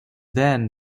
then